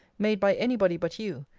made by any body but you,